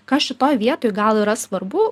kas šitoj vietoj gal yra svarbu